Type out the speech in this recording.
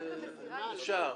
אפשר.